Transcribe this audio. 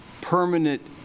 permanent